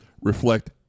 reflect